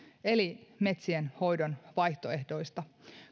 eli metsienhoidon vaihtoehdoista